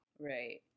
Right